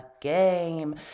game